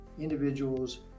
Individuals